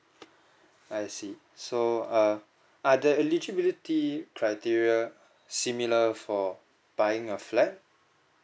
I see so err are the eligibility criteria similar for buying a flat